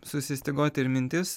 susistyguoti ir mintis